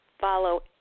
follow